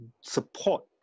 support